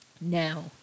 Now